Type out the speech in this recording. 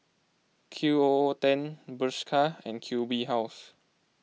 Q O O ten Bershka and Q B House